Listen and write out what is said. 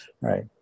right